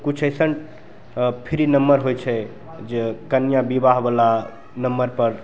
किछु अइसन free number होइ छै जे कन्या विवाहवला नम्बरपर